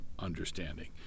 understanding